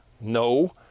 no